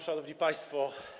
Szanowni Państwo!